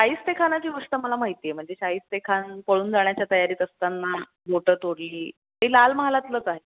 शाहिस्तेखानाची गोष्ट मला माहिती आहे म्हणजे शाहिस्तेखान पळून जाण्याच्या तयारीत असताना बोटं तोडली ते लाल महालातलंच आहे